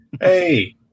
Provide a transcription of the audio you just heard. Hey